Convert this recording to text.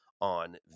on